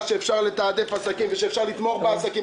שאפשר לתעדף עסקים ושאפשר לתמוך בעסקים.